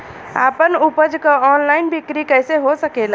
आपन उपज क ऑनलाइन बिक्री कइसे हो सकेला?